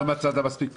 לא מצאת מספיק פרופ'.